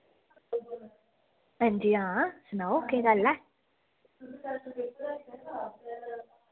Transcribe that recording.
हां जी हां सनाओ केह् गल्ल ऐ